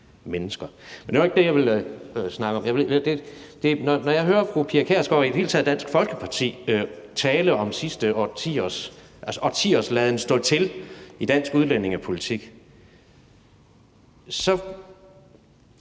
mennesker. Men det var nu ikke det, jeg ville snakke om. Når jeg hører fru Pia Kjærsgaard og i det hele taget Dansk Folkeparti tale om årtiers laden stå til i dansk udlændingepolitik,